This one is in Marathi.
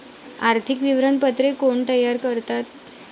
आर्थिक विवरणपत्रे कोण तयार करतात?